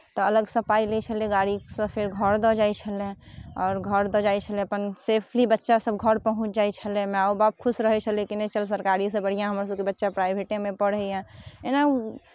तऽ अलगसँ पाइ लैत छलै गाड़ीसँ फेर घर दऽ जाइत छलै आओर घर दऽ जाइत छलै अपन सेफ्ली बच्चासभ घर पहुँच जाइत छलै माएओ बाप खुश रहै छलै नहि कि नहि चल सरकारीसँ बढ़िआँ हमरसभके बच्चा प्राइभेटेमे पढ़ैए एना